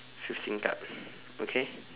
fifteen card okay